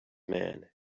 man